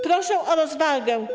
Proszę o rozwagę.